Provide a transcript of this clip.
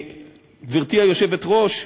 גברתי היושבת-ראש,